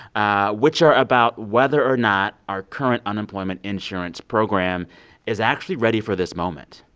ah which are about whether or not our current unemployment insurance program is actually ready for this moment